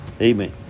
Amen